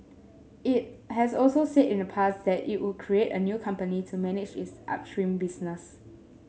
it has also said in the past that it would create a new company to manage its upstream business